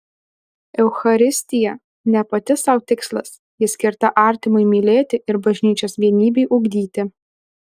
eucharistija ne pati sau tikslas ji skirta artimui mylėti ir bažnyčios vienybei ugdyti